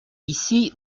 ici